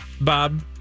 Bob